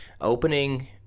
opening